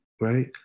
right